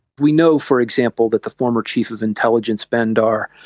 we know, for example, that the former chief of intelligence bandar,